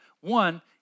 One